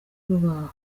rubaho